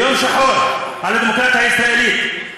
זה יום שחור לדמוקרטיה הישראלית.